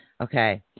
Okay